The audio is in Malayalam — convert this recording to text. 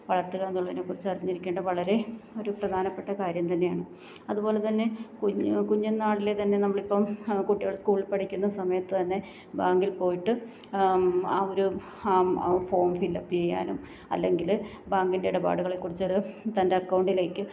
വളർത്തുക എന്നുള്ളതിനെ കുറിച്ച് അറിഞ്ഞിരിക്കേണ്ടത് വളരെ ഒരു പ്രധാനപ്പെട്ട കാര്യം തന്നെയാണ് അതുപോലെത്തന്നെ കുഞ്ഞ് കുഞ്ഞ് നാളിലെ തന്നെ നമ്മളിപ്പം കുട്ടികൾ സ്കൂളിൽ പഠിക്കുന്ന സമയത്തുതന്നെ ബാങ്കിൽ പോയിട്ട് അവർ ഫോം ഫില്ലപ്പ് ചെയ്യാനും അല്ലെങ്കിൽ ബാങ്കിന്റെ ഇടപാടുകളെ കുറിച്ചൊരു തൻ്റെ അക്കൗണ്ടിലേക്ക്